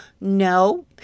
No